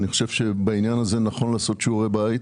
אני חושב שבעניין הזה נכון לעשות שיעורי בית